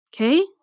okay